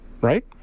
right